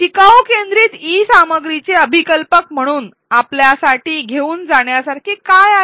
शिकाऊ केंद्रीत ई सामग्रीचे अभिकल्पक म्हणून आपल्यासाठी घेऊन जाण्या सारखे काय आहे